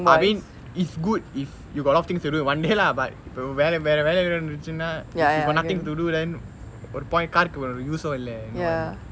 I mean it's good if you've got a lot things to do in one day lah but இப்போ வேலை வேர வேலை எதுவும் இருந்துச்சுனா:ippo velai vera velai ethuvum irunthuchunaa if you got nothing to do then ஒறு:oru point car ஒறு:oru use இல்லை:illai you know what I mean